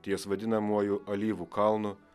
ties vadinamuoju alyvų kalnu